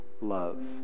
love